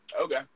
Okay